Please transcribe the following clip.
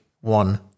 one